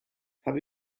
have